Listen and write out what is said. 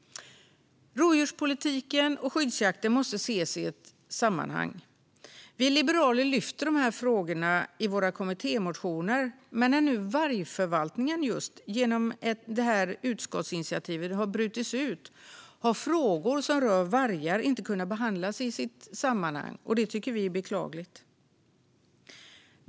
Rovdjurspolitiken och skyddsjakten måste ses i ett sammanhang. Vi liberaler lyfter fram de här frågorna i våra kommittémotioner. Men när nu vargförvaltningen genom detta utskottsinitiativ har brutits ut har frågor som rör vargar inte kunnat behandlas i sitt sammanhang, och det tycker vi är beklagligt.